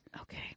Okay